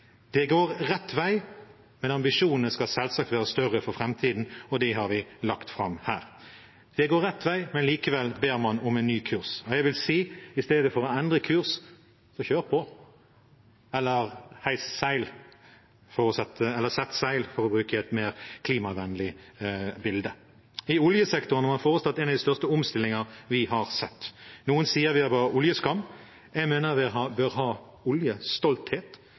Det går rett vei, men ambisjonene skal selvsagt være større for framtiden, og de har vi lagt fram her. Det går rett vei, men likevel ber man om en ny kurs. Jeg vil si: I stedet for å endre kurs må man kjøre på – eller sette seil, for å bruke et mer klimavennlig bilde. I oljesektoren har man foreslått en av de største omstillingene vi har sett. Noen sier vi bør ha oljeskam, jeg mener vi bør ha oljestolthet – stolthet